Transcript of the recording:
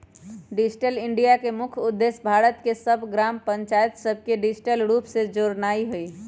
digital India के मुख्य उद्देश्य भारत के सभ ग्राम पञ्चाइत सभके डिजिटल रूप से जोड़नाइ हइ